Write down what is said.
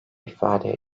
ifade